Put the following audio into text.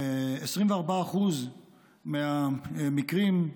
24% מהמקרים,